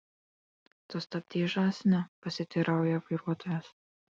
tu stabdei žąsine pasiteirauja vairuotojas